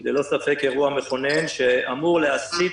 הוא ללא ספק אירוע מכונן שאמור להסיט